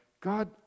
God